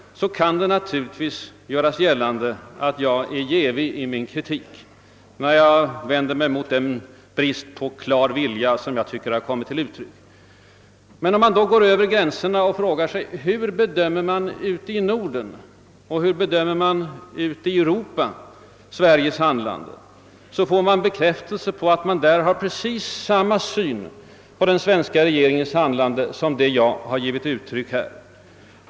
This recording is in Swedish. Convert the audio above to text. Det kan naturligtvis göras gällande att jag är jävig i min kritik när jag vänder mig mot den brist på klar vilja som enligt min uppfattning präglat herr Langes handlande. Om vi går över gränserna och frågar oss, hur man ute i Norden och ute i det övriga Europa bedömer Sveriges aktivitet, får vi klar bekräftelse på att man där har samma uppfattning som den jag här givit uttryck åt.